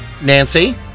Nancy